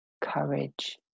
courage